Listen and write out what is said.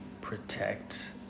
protect